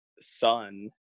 son